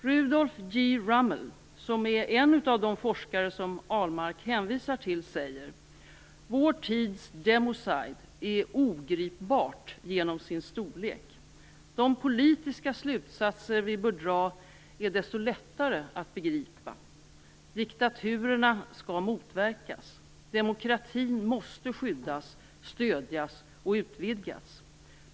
Rudolph J. Rummel, en av de forskare som Ahlmark hänvisar till, säger: Vår tids democide är ogripbart genom sin storlek. De politiska slutsatser vi bör dra är desto lättare att begripa: Diktaturerna skall motverkas. Demokratin måste skyddas, stödjas och utvidgas.